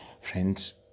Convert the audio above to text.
friends